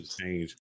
change